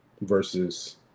versus